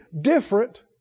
different